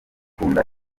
gukunda